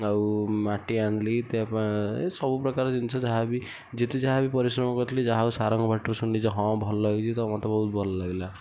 ଆଉ ମାଟି ଆଣିଲି ସବୁ ପ୍ରକାର ଜିନିଷ ଯାହାବି ଯେତେ ଯାହା ବି ପରିଶ୍ରମ କରିଥିଲି ଯାହା ହଉ ସାର୍ଙ୍କ ପାଟିରୁ ଶୁଣିଲି ଯେ ହଁ ଭଲ ହେଇଛି ତ ମତେ ବହୁତ ଭଲଲାଗିଲା